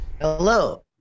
Hello